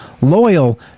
loyal